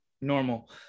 normal